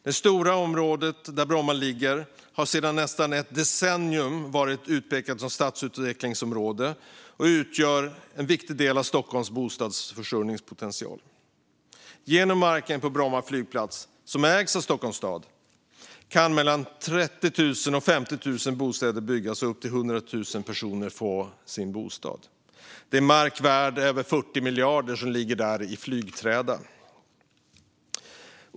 Det stora område där flygplatsen ligger har i nästan ett decennium pekats ut som stadsutvecklingsområde och utgör en viktig del av Stockholms bostadsförsörjningspotential. Genom att använda marken vid Bromma flygplats, som ägs av Stockholms stad, skulle mellan 30 000 och 50 000 bostäder kunna byggas och upp till 100 000 personer kunna få en bostad där. Ett markvärde på över 40 miljarder ligger där i flygträda.